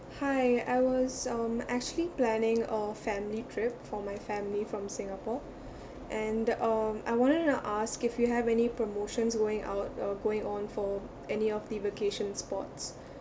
hi I was um actually planning a family trip for my family from singapore and um I wanted to ask if you have any promotions going out uh going on for any of the vacation spots